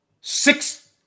Six